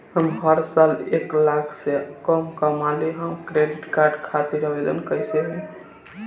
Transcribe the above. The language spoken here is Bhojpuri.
हम हर साल एक लाख से कम कमाली हम क्रेडिट कार्ड खातिर आवेदन कैसे होइ?